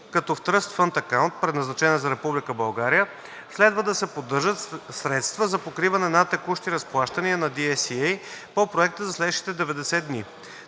като в Trust Fund Account – предназначена за Република България, следва да се поддържат средства за покриване на текущи разплащания на DSCA по Проекта за следващите 90 дни.